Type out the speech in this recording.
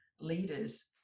leaders